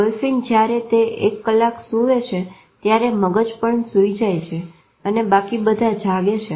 dolphin જયારે તે 1 કલાક સુવે છે ત્યારે મગજ પણ સુઈ જાય છે અને બાકી બધા જાગે છે